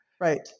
Right